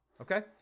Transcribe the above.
Okay